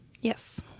Yes